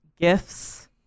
gifts